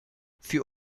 für